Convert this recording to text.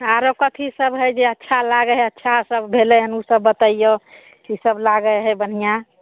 आरो कथी सब हइ जे अच्छा लागै हइ अच्छा सब भेलै हन ओ सब बतैयौ की सब लागै हइ बढ़िऑं